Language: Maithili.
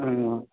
हँ